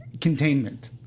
containment